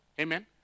Amen